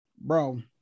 bro